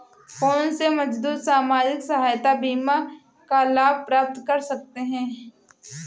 कौनसे मजदूर सामाजिक सहायता बीमा का लाभ प्राप्त कर सकते हैं?